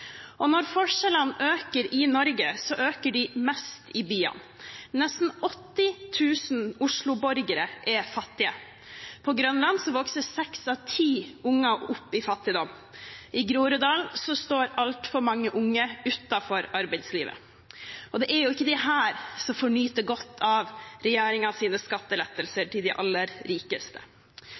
og når forskjellene øker i Norge, øker de mest i byene. Nesten 80 000 Oslo-borgere er fattige. På Grønland vokser seks av ti unger opp i fattigdom, i Groruddalen står altfor mange unge utenfor arbeidslivet. Det er ikke disse som får nyte godt av regjeringens skattelettelser til de aller rikeste.